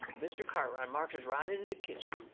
mr. cartwright marches right into the kitchen.